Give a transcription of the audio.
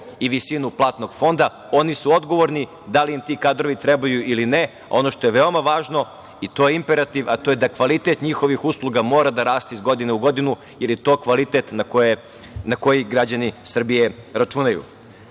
i visinu platnog fonda, oni su odgovorni da li im ti kadrovi trebaju ili ne. Ono što je veoma važno, i to je imperativ, a to je da kvalitet njihovih usluga mora da raste iz godine u godinu, jer je to kvalitet na koji građani Srbije računaju. Treći